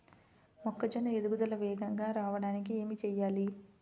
మొక్కజోన్న ఎదుగుదల వేగంగా రావడానికి ఏమి చెయ్యాలి?